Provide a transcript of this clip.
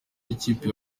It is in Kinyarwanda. ikipe